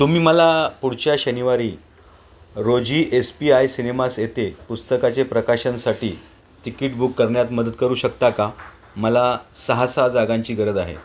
तुम्ही मला पुढच्या शनिवारी रोजी एस पी आय सिनेमास येथे पुस्तकाचे प्रकाशनासाठी तिकीट बुक करण्यात मदत करू शकता का मला सहा सहा जागांची गरज आहे